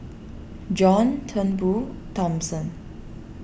John Turnbull Thomson